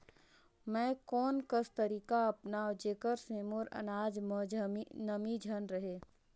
मैं कोन कस तरीका अपनाओं जेकर से मोर अनाज म नमी झन रहे?